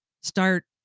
Start